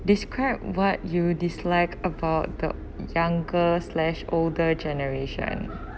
describe what you dislike about the younger slash older generation